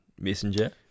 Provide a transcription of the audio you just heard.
Messenger